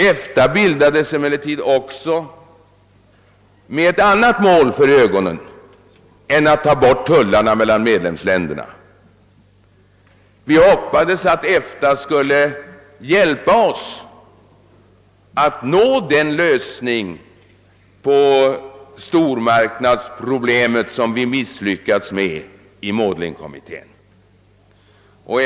EFTA bildades emellertid också med ett annat mål för ögonen än borttagande av tullarna mellan medlemsländerna. Vi hoppades att EFTA skulle hjälpa oss att lösa stormarknadsproblemet, som Maudling-kommittén misslyckats med.